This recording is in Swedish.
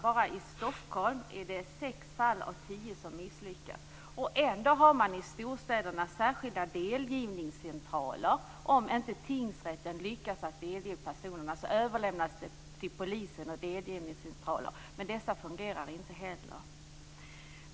Bara i Stockholm är det sex fall av tio som misslyckas, trots att man i storstäderna har särskilda delgivningscentraler - om inte tingsrätten lyckas delge personerna överlämnas detta till polisen och delgivningscentraler. Men dessa fungerar inte heller.